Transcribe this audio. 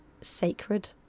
sacred